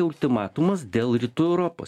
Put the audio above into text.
ultimatumas dėl rytų europos